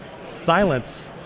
silence